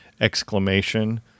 exclamation